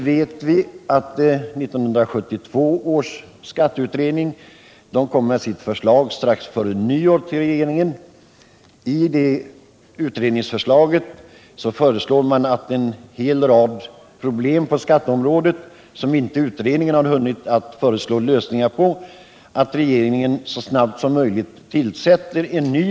1972 års skatteutredning framlägger sitt betänkande strax före nyår. Den föreslår att regeringen tillsätter en ny utredning som skall behandla en hel rad problem på skatteområdet som utredningen inte har hunnit föreslå lösningar på.